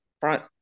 front